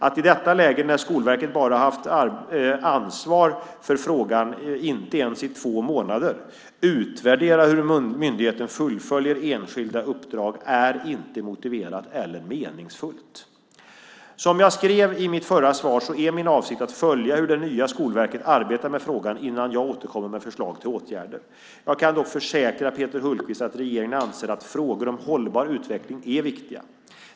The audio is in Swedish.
Att i detta läge när Skolverket haft ansvar för frågan i knappt två månader utvärdera hur myndigheten fullföljer enskilda uppdrag är inte motiverat eller meningsfullt. Som jag sade i mitt förra svar är min avsikt att följa hur det nya Skolverket arbetar med frågan innan jag återkommer med förslag till åtgärder. Jag kan emellertid försäkra Peter Hultqvist att regeringen anser att frågor om hållbar utveckling är viktiga.